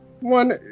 One